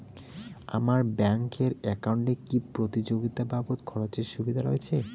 আমার ব্যাংক এর একাউন্টে কি উপযোগিতা বাবদ খরচের সুবিধা রয়েছে?